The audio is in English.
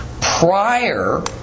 prior